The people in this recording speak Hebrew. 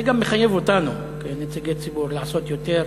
זה גם מחייב אותנו כנציגי ציבור לעשות יותר,